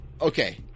Okay